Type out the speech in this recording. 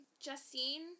Justine